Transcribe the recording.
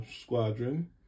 Squadron